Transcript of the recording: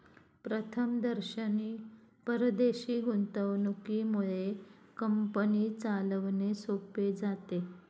प्रथमदर्शनी परदेशी गुंतवणुकीमुळे कंपनी चालवणे सोपे जाते